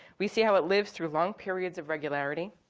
we see how it lives through long periods of regularity,